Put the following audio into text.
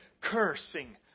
cursing